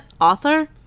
Author